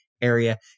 area